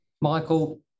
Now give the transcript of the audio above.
Michael